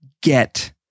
get